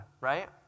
Right